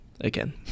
again